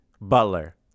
Butler